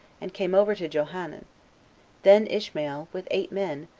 and came over to johanan then ishmael, with eight men,